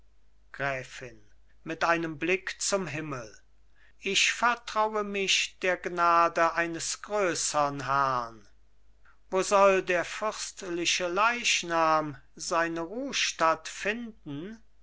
gräfin mit einem blick zum himmel ich vertraue mich der gnade eines größern herrn wo soll der fürstliche leichnam seine ruhstatt finden